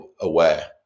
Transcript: aware